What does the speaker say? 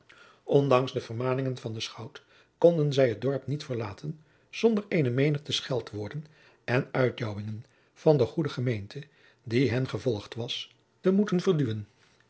ondanks de vermaningen van den schout konden zij het dorp niet verlaten zonder eene menigte scheldwoorden en uitjouwingen van de goede gemeente die hen gevolgd was te moeten verduwen